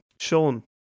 Sean